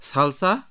Salsa